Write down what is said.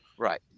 Right